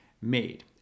made